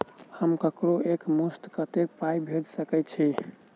हम ककरो एक मुस्त कत्तेक पाई भेजि सकय छी?